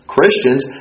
Christians